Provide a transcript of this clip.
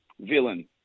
Villain